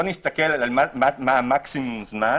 נסתכל על מקסימום זמן